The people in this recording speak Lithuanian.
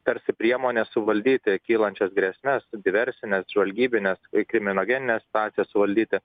tarsi priemonė suvaldyti kylančias grėsmes diversines žvalgybines ir kriminogenines situacijas suvaldyti